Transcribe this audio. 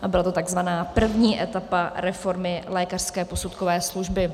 Byla to tzv. první etapa reformy lékařské posudkové služby.